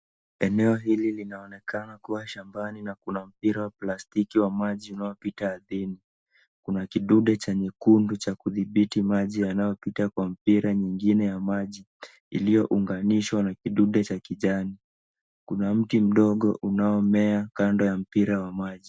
Eneo hili linaonekana kua shambani na kuna mpira wa plastiki wa maji unaopita ardhini. Kuna kidude chekundu cha kudhibiti maji yanayopita kwa mipira nyingine ya maji, iliyounganishwa na kidude cha kijani. Kuna mti mdogo unaomea kando ya mpira wa maji.